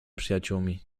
przyjaciółmi